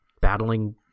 battling